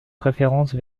préférence